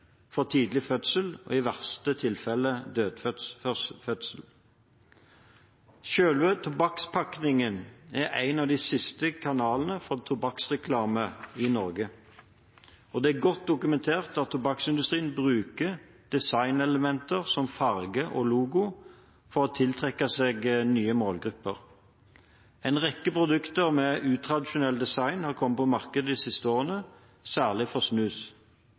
for tidlig fødsel og i verste fall dødfødsel. Selve tobakkspakningen er en av de siste kanalene for tobakksreklame i Norge. Det er godt dokumentert at tobakksindustrien bruker designelementer som farger og logo for å tiltrekke seg nye målgrupper. En rekke produkter med utradisjonell design har kommet på markedet de siste årene, særlig når det gjelder snus.